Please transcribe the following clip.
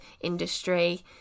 industry